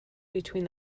between